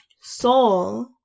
soul